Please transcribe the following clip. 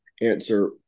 answer